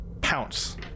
pounce